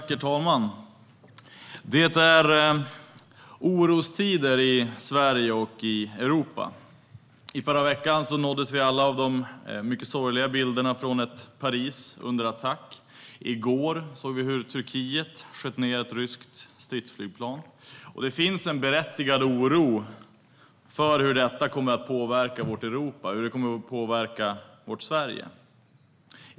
Herr talman! Det är orostider i Sverige och i Europa. I förra veckan nåddes vi alla av de mycket sorgliga bilderna från ett Paris under attack. I går såg vi hur Turkiet sköt ned ett ryskt stridsflygplan. Det finns en berättigad oro för hur detta kommer att påverka vårt Europa och vårt Sverige.